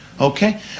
Okay